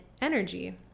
energy